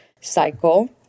cycle